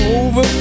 over